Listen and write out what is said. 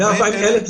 ה-140,000?